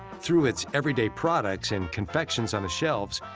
through its everyday products and confections on the shelves,